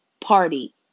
party